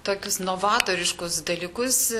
tokius novatoriškus dalykus